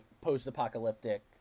post-apocalyptic